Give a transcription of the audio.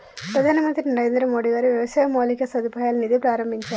ప్రధాన మంత్రి నరేంద్రమోడీ గారు వ్యవసాయ మౌలిక సదుపాయాల నిధి ప్రాభించారు